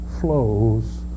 flows